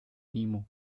týmu